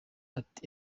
ati